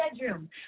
bedroom